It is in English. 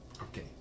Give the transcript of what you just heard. Okay